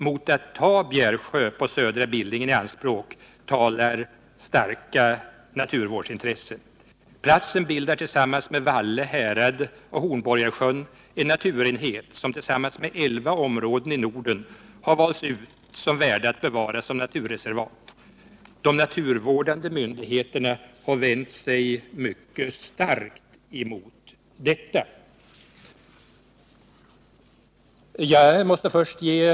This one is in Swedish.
Mot att ta Bjärsjö på Södra Billingen i anspråk talar starka naturvårdsintressen. Platsen bildar tillsammans med Valle härad och Hornborgasjön en naturenhet som tillsammans med elva områden i Norden har valts ut som värda att bevara som naturreservat. De naturvårdande myndigheterna har vänt sig starkt mot förslaget.